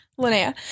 Linnea